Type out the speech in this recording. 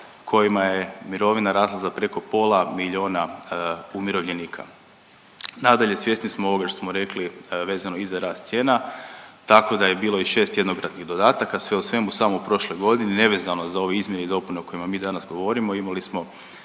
kojima je mirovina rasla za preko pola milijuna umirovljenika. Nadlaje, svjesni smo ovoga što smo rekli vezano i za rast cijena, tako da je bilo i 6 jednokratnih dodataka, sve u svemu, samo u prošloj godini, nevezano za ove izmjene i dopune o kojima mi danas govorimo, imali smo